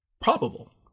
probable